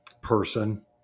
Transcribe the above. person